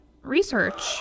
research